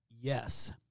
Yes